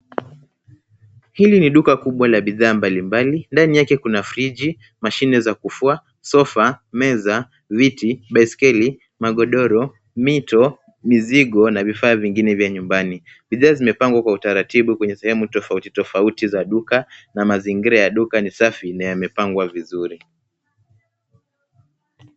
Hili ni duka kubwa la bidhaa mbalimbali. Ndani yake kuna friji, mashine za kufua, sofa, meza, viti, baiskeli, magodoro, mito, mizigo na vifaa vingine vya nyumbani. Bidhaa zimepangwa kwa utaratibu kwenye sehemu tofauti tofauti za duka na mazingira ya duka ni safi na yamepangwa vizuri.